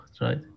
right